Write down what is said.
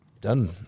done –